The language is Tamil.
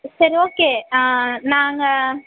சரி ஓகே நாங்கள்